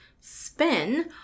spin